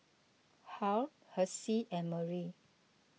Harl Hessie and Marie